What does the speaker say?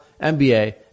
NBA